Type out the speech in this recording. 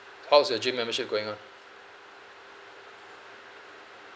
how's your gym membership going on